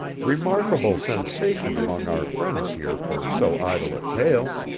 remarkable sensation among our friends here for so idle a tale.